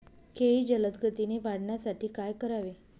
केळी जलदगतीने वाढण्यासाठी काय करावे?